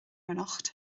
anocht